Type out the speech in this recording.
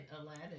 Aladdin